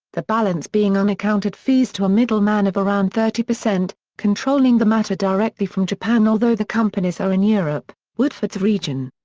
the balance being unaccounted fees to a middle-man of around thirty, controlling the matter directly from japan although the companies are in europe, woodford's region.